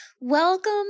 Welcome